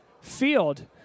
field